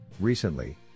Recently